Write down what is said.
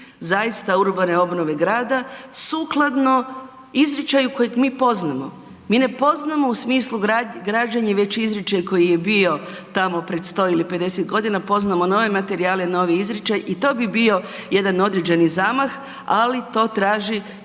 zaista urbane obnove grada sukladno izričaju kojeg mi poznamo. Mi ne poznamo u smislu građenja već izričaj koji je bio tamo pred 100 ili 50 godina, poznamo nove materijale, novi izričaj i to bi bio jedan određeni zamah, ali to traži